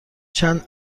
چند